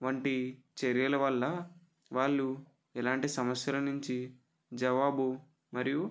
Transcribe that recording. వంటి చర్యల వల్ల వాళ్ళు ఎలాంటి సమస్యల నుంచి జవాబు మరియు